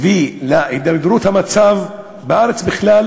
ולהידרדרות המצב בארץ בכלל